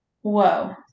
Whoa